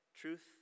truth